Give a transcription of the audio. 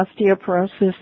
Osteoporosis